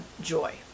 joy